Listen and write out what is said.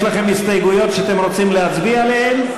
יש לכם הסתייגויות שאתם רוצים להצביע עליהן?